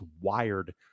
wired